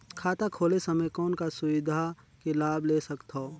खाता खोले समय कौन का सुविधा के लाभ ले सकथव?